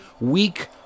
weak